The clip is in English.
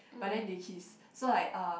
but then they kissed so like uh